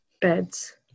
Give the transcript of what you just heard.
beds